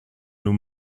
nos